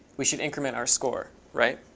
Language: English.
we should increment our score, right?